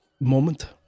moment